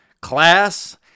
class